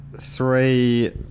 three